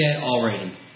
already